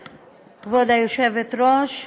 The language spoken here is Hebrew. כבוד היושבת-ראש,